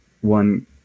one